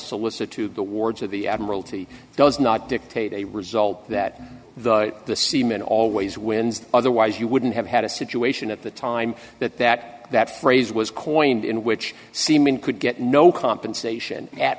solicitude the wards of the admiralty does not dictate a result that the seaman always wins otherwise you wouldn't have had a situation at the time that that that phrase was coined in which seamen could get no compensation at